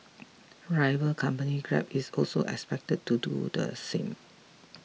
rival company Grab is also expected to do the same